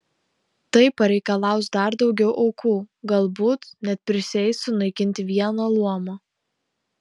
tai pareikalaus dar daugiau aukų galbūt net prisieis sunaikinti vieną luomą